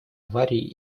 аварии